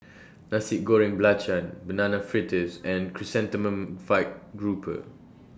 Nasi Goreng Belacan Banana Fritters and Chrysanthemum Fried Grouper